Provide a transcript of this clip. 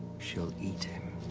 she'll eat him.